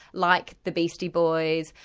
like the beastie boys,